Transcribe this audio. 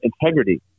integrity